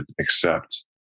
accept